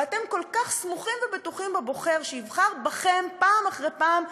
ואתם כל כך סמוכים ובטוחים בבוחר שיבחר בכם פעם אחרי פעם,